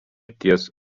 ties